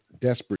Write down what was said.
desperate